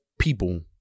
People